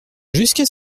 jusqu’à